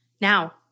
Now